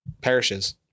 perishes